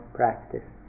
practice